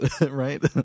right